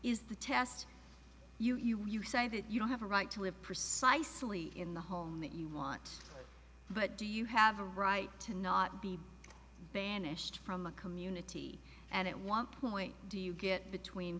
is the test you when you say that you don't have a right to it precisely in the home that you want but do you have a right to not be banished from the community and it want point do you get between